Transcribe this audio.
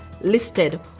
listed